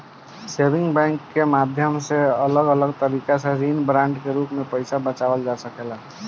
saving bank के माध्यम से अलग अलग तरीका के ऋण बांड के रूप में पईसा बचावल जा सकेला